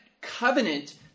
covenant